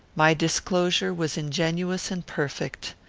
my disclosure was ingenuous and perfect.